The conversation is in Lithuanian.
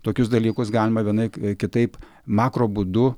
tokius dalykus galima vienaip kitaip makro būdu